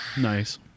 Nice